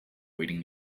waiting